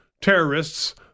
terrorists